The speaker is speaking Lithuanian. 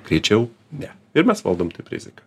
greičiau ne ir mes valdom taip riziką